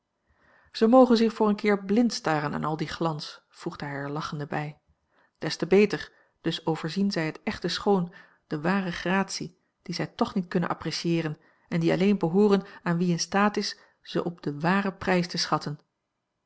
zij mogen zich voor een keer blind staren aan al dien glans voegde hij er lachende bij des te beter dus overzien zij het echte schoon de ware gratie die a l g bosboom-toussaint langs een omweg zij toch niet kunnen apprecieeren en die alleen behooren aan wie in staat is ze op den waren prijs te schatten